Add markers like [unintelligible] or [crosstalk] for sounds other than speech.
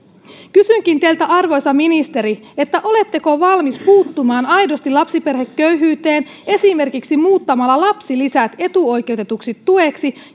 kysynkin teiltä arvoisa ministeri oletteko valmis puuttumaan aidosti lapsiperheköyhyyteen esimerkiksi muuttamalla lapsilisät etuoikeutetuksi tueksi [unintelligible]